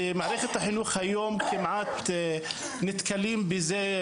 ומערכת החינוך היום נתקלים בזה,